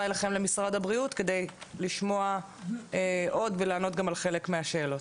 אליכם למשרד הבריאות כדי לשמוע עוד ולענות גם חלק מהשאלות.